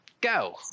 go